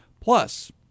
Plus